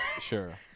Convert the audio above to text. Sure